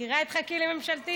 מכירה את "חכי לממשלתית"?